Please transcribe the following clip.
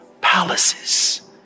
palaces